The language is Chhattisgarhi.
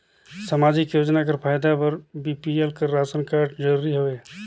समाजिक योजना कर फायदा बर बी.पी.एल कर राशन कारड जरूरी हवे?